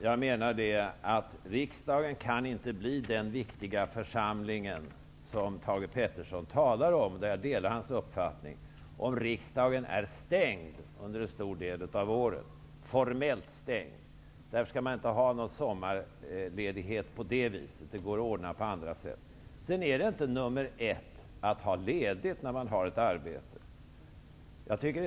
Fru talman! Riksdagen kan inte bli den viktiga församling som Thage G. Peterson talar om -- på den punkten delar jag hans uppfattning -- om riksdagen formellt är stängd under en stor del av året. Därför skall man inte ha sommarledighet på det vis som nu gäller. Det här kan ordnas på annat sätt. Sedan är det inte nummer ett att ha ledigt när man har ett arbete.